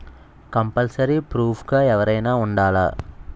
Compulsory proof గా ఎవరైనా ఉండాలా?